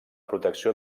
protecció